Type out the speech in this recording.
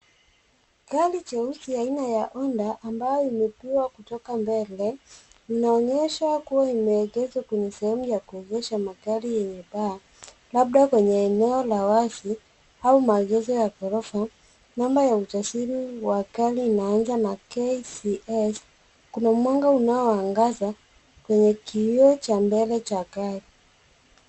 Gari jeusi aina ya Honda ambayo imepigwa kutoka mbele. Inaonyesha kua imeegeshwa kwenye sehemu ya kuegesha magari, yenye paa labda kwenye eneo la wazi labda ghorofa. Namba ya usajili wa gari inaanza na KCS kuna mwanga unao angaza, kwenye kioo chambele cha gari.